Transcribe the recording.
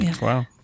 Wow